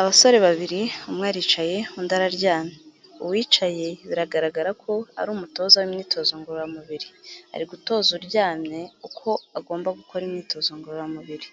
Abasore babiri, umwe aricaye, undi araryamye. Uwicaye biragaragara ko ari umutoza w'imyitozo ngororamubiri. Ari gutoza uryamye uko agomba gukora imyitozo ngororamubiri.